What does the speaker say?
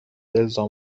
الزام